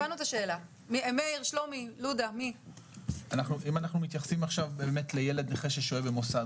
אם אנחנו מתייחסים עכשיו לילד נכה ששוהה במוסד,